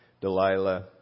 Delilah